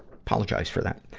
apologize for that.